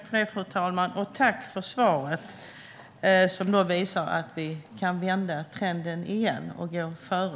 Fru talman! Tack för svaret som visar att vi kan vända trenden igen och gå före.